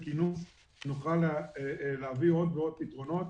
ונוכל להביא עוד ועוד פתרונות.